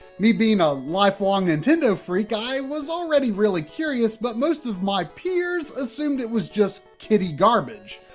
me being a lifelong nintendo freak, i was already really curious, but most of my peers assumed it was just kiddie garbage.